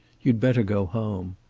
you'd better go home.